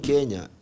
Kenya